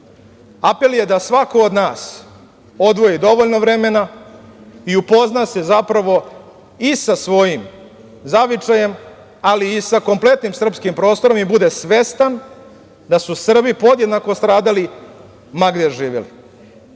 Apel je da svako od nas odvoji dovoljno vremena i upozna se, zapravo, i sa svojim zavičajem, ali i sa kompletnim srpskim prostorom i bude svestan da su Srbi podjednako stradali ma gde živeli,